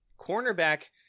Cornerback